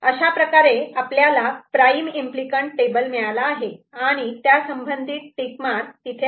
अशा प्रकारे आपल्याला प्राईम इम्पली कँट टेबल मिळाला आहे आणि त्या संबंधित टिक मार्क तिथे आहे